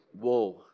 Whoa